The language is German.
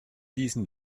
diesen